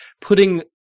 putting